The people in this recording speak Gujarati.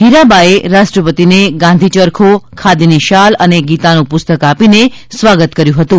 હીરાબાએ રાષ્ટ્રપતિને ગાંધી ચરખો ખાદીની શાલ અને ગીતાનું પુસ્તક આપીને સ્વાગત કર્યું હતું